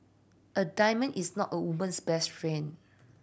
a diamond is not a woman's best friend